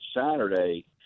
Saturday